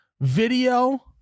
video